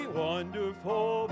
wonderful